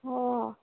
অঁ